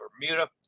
Bermuda